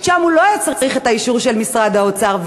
שם הוא לא היה צריך את האישור של משרד האוצר,